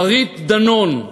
מרית דנון,